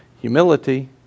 humility